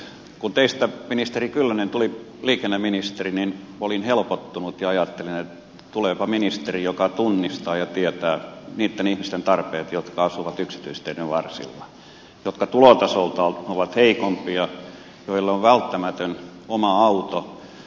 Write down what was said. kun teistä ministeri kyllönen tuli liikenneministeri niin olin helpottunut ja ajattelin että tuleepa ministeri joka tunnistaa ja tietää niitten ihmisten tarpeet jotka asuvat yksityisteiden varsilla jotka tulotasoltaan ovat heikompia joille on välttämätön oma auto